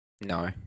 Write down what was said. No